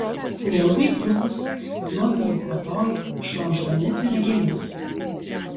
neilgai trukus juodu jau kvatojo šlamšdami pyragėlius